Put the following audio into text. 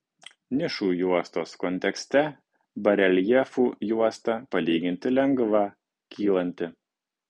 nišų juostos kontekste bareljefų juosta palyginti lengva kylanti